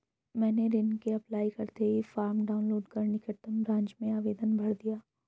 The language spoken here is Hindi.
मैंने ऋण के अप्लाई करते ही फार्म डाऊनलोड कर निकटम ब्रांच में आवेदन भर दिया